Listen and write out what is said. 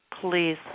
please